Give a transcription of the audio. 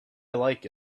like